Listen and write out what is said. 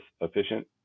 efficient